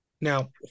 Now